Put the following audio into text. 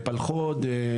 פלחו"ד,